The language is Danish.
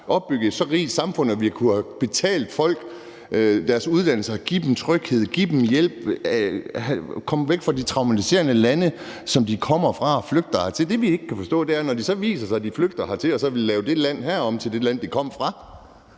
opbygget et så rigt samfund, at vi har kunnet betale folk deres uddannelse, givet dem tryghed og givet dem hjælp til at komme væk fra traumerne i de lande, som de kommer fra. Det, vi ikke kan forstå, er, at de, når de så er flygtet hertil, vil lave det her land om til det land, de kom fra,